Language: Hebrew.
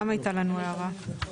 גם הייתה לנו הערה.